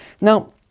now